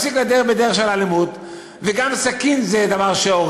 להפסיק ללכת בדרך של אלימות,